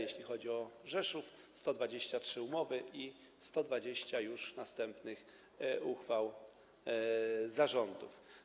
Jeśli chodzi o Rzeszów - 123 umowy i 120 już następnych uchwał zarządów.